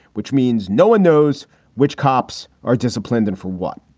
which means no one knows which cops are disciplined and for what,